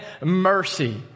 mercy